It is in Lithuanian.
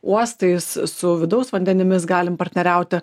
uostais su vidaus vandenimis galim partneriauti